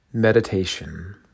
Meditation